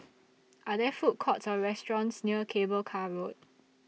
Are There Food Courts Or restaurants near Cable Car Road